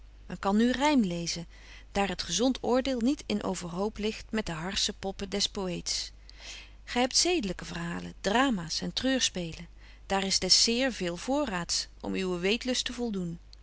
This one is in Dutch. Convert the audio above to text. men kan nu rym lezen daar het gezont oordeel niet in over hoop ligt met de harsen poppen des poëets gy hebt zedelyke verhalen drama's en treurspelen daar is des zeer veel voorraads om uwen weetlust te voldoen